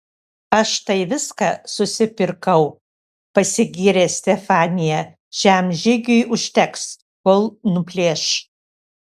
aš tai viską susipirkau pasigyrė stefanija šiam žygiui užteks kol nuplėš